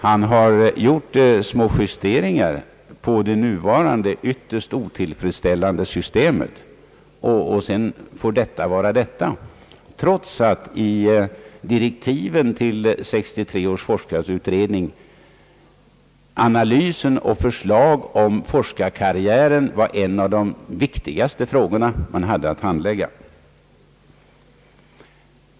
Han har gjort små justeringar av det nuvarande, ytterst otillfredsställande systemet och sedan låtit det hela vara därmed, trots att enligt direktiven till 1963 års forskarutredning analys av och förslag om forskarkarriären var en av de viktigaste frågor man hade att handlägga.